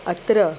अत्र